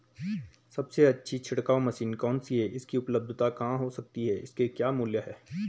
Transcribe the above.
सबसे अच्छी छिड़काव मशीन कौन सी है इसकी उपलधता कहाँ हो सकती है इसके क्या मूल्य हैं?